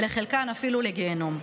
ולחלקם אפילו לגיהינום.